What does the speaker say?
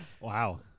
Wow